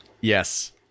Yes